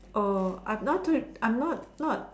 oh I'm too I'm not not